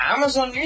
Amazon